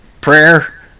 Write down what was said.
prayer